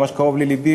למה שקרוב ללבי,